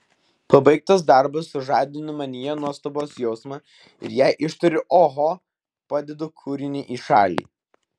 pabaigtas darbas sužadina manyje nuostabos jausmą ir jei ištariu oho padedu kūrinį į šalį